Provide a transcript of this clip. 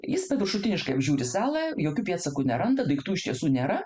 jis paviršutiniškai apžiūri salą jokių pėdsakų neranda daiktų iš tiesų nėra